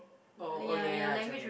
orh orh ya ya ya Germany